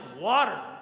water